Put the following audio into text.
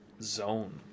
zone